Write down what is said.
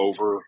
over